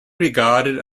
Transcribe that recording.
regarded